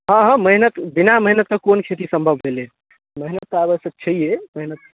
हँ हँ मेहनत बिना मेहनत कोन खेती सम्भव भेलै हेँ मेहनत तऽ आवश्यक छैहे ताहिमे